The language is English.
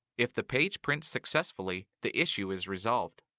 if the page prints successfully, the issue is resolved.